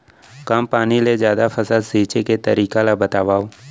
कम पानी ले जादा फसल सींचे के तरीका ला बतावव?